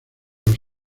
los